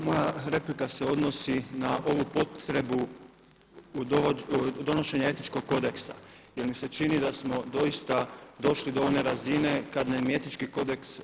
Moja replika se odnosi na ovu potrebu donošenja etičkog kodeksa jer mi se čini da smo doista došli do one razine kada nam je etički kodeks